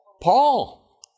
Paul